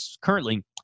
currently